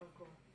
ישר כוח.